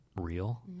real